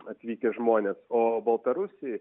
atvykę žmonės o baltarusiai